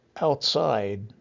outside